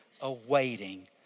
awaiting